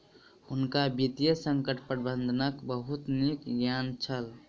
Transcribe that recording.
हुनका वित्तीय संकट प्रबंधनक बहुत नीक ज्ञान छल